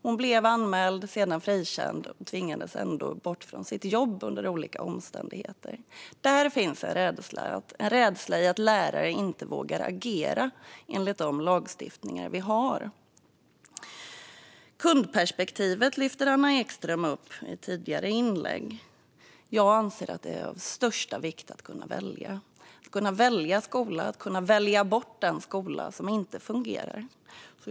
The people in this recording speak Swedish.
Hon blev anmäld och sedan frikänd men tvingades ändå bort från sitt jobb under olika omständigheter. Det finns alltså en rädsla hos lärare, som inte vågar agera enligt den lagstiftning vi har. Kundperspektivet lyfte Anna Ekström upp i ett tidigare inlägg. Jag anser att det är av största vikt att kunna välja - att kunna välja skola och att kunna välja bort en skola som inte fungerar.